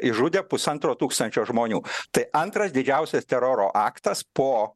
išžudė pusantro tūkstančio žmonių tai antras didžiausias teroro aktas po